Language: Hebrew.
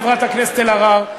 חברת הכנסת אלהרר,